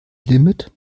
limit